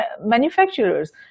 manufacturers